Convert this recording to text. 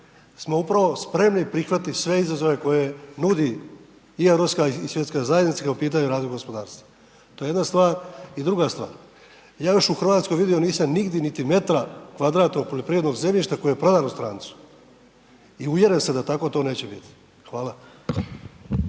smo upravo spremni prihvatiti sve izazove koje nudi i Europska i Svjetska zajednica kada je u pitanju razvoj gospodarstva. To je jedna stvar. I druga stvar, ja još u Hrvatskoj vidio nisam nigdje niti metra kvadratnog poljoprivrednog zemljišta koje je prodano strancu i uvjeren sam da tako to neće biti. Hvala.